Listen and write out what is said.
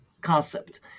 concept